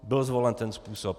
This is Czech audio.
Byl zvolen ten způsob.